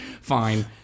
Fine